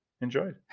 enjoyed